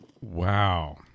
Wow